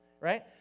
right